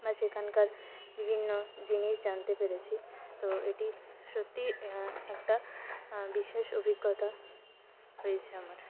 বা সেখানকার বিভিন্ন জিনিস জানতে পেরেছি তো এটি সত্যিই একটা বিশেষ অভিজ্ঞতা রয়েছে আমার